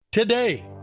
Today